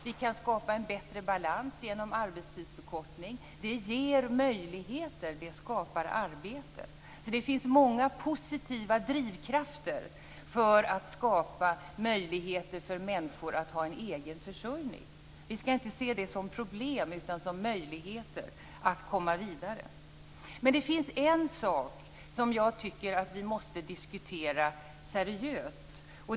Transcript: Vi kan skapa en bättre balans genom arbetstidsförkortning. Det ger möjligheter och skapar arbete. Det finns många positivia drivkrafter för att skapa möjligheter för människor att ha en egen försörjning. Vi skall inte se det som problem utan som möjligheter att komma vidare. Men det finns en sak som jag tycker att vi måste diskutera seriöst.